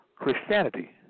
Christianity